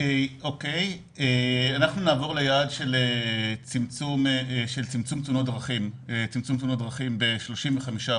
נעבור ליעד של צמצום תאונות דרכים ב-35%.